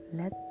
let